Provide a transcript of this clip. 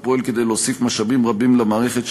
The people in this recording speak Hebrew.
הוא פועל כדי להוסיף משאבים רבים למערכת,